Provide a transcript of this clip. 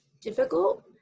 difficult